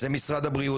זה משרד הבריאות,